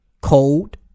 cold